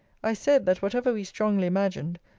i said, that whatever we strongly imagined,